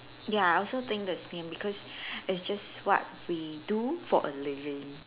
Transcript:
ya I also think the same because it's just what we do for a living